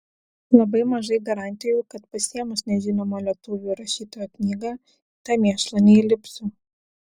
labai mažai garantijų kad pasiėmus nežinomo lietuvių rašytojo knygą į tą mėšlą neįsilipsiu